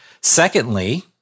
Secondly